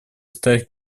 стать